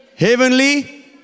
Heavenly